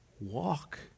walk